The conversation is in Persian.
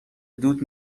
دود